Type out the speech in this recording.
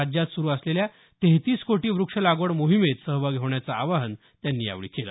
राज्यात सुरु असलेल्या तेहतीस कोटी व्रक्ष लागवड मोहिमेत सहभागी होण्याचं आवाहन त्यांनी यावेळी केलं